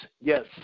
Yes